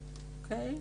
אוקיי?